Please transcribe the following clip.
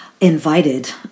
invited